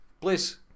Please